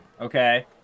Okay